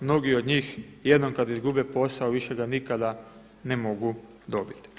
Mnogi od njih jednom kada izgube posao više ga nikada ne mogu dobiti.